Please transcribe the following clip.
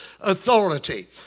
authority